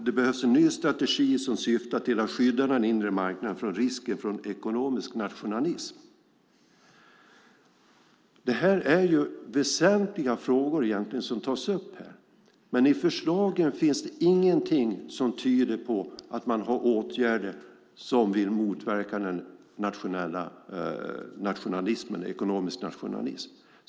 Det behövs en ny strategi som syftar till att skydda den inre marknaden från risken för ekonomisk nationalism. Det är väsentliga frågor som tas upp här. Men i förslagen finns det ingenting som tyder på att man har åtgärder som ska motverka ekonomisk nationalism.